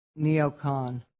neocon